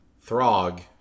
Throg